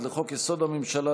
לחוק-יסוד: הממשלה,